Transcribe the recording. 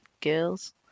girls